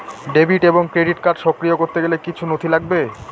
Debit এবং credit card সক্রিয় করতে গেলে কিছু নথি লাগবে?